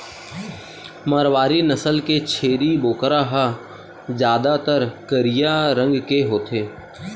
मारवारी नसल के छेरी बोकरा ह जादातर करिया रंग के होथे